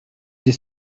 j’ai